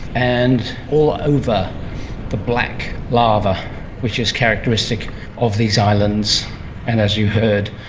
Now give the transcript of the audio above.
and all over the black lava which is characteristic of these islands and, as you heard,